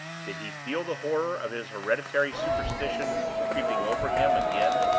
did he feel the horror of his hereditary superstition creeping over him again?